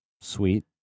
sweet